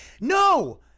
No